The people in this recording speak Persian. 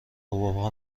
حبابها